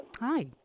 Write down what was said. Hi